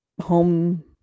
home